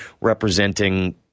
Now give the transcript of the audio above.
representing